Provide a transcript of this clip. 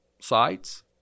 sites